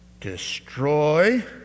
Destroy